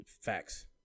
facts